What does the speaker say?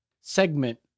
segment